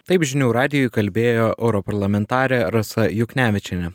taip žinių radijui kalbėjo europarlamentarė rasa juknevičienė